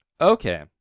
Okay